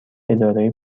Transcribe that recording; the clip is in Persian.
اداره